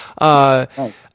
Nice